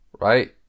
right